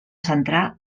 centrar